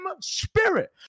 Spirit